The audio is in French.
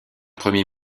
premier